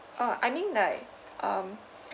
ah I mean like um